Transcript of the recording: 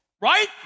right